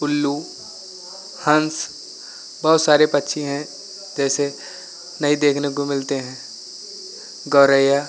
उल्लू हंस बहुत सारे पक्षी हैं जैसे नहीं देखने को मिलते हैं गौरैया